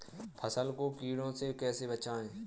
फसल को कीड़ों से कैसे बचाएँ?